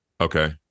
Okay